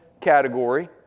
category